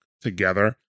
together